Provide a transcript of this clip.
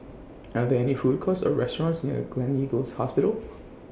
Are There any Food Courts Or restaurants near Gleneagles Hospital